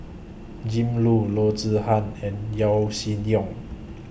Jim Loo Loo Zihan and Yaw Shin Leong